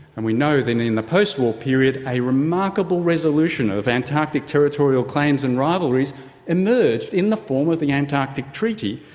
and we know that in in the post-war period a remarkable resolution of antarctic territorial claims and rivalries emerged in the form of the antarctic treaty,